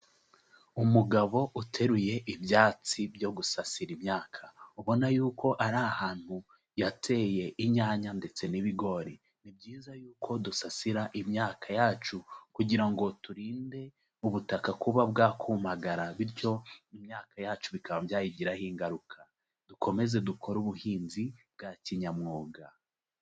Umugabo uteruye ibyatsi byo gusasira imyaka ubona yuko ari ahantu yateye inyanya ndetse n'ibigori. Ni byiza yuko dusasira imyaka yacu kugira ngo turinde ubutaka kuba bwakumagara, bityo imyaka yacu bikaba byayigiraho ingaruka. Dukomeze dukore ubuhinzi bwa kinyamwuga.